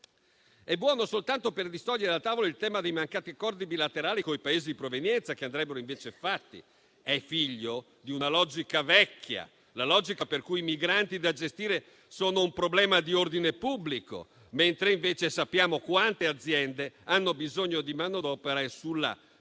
È buono soltanto per distogliere dal tavolo il tema dei mancati accordi bilaterali coi Paesi di provenienza, che andrebbero invece fatti. È figlio di una logica vecchia, quella per cui i migranti da gestire sono un problema di ordine pubblico. Sappiamo invece quante aziende hanno bisogno di manodopera e sulla